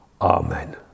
Amen